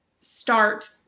start